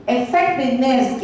Effectiveness